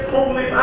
Holy